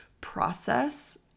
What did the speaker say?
process